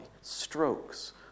strokes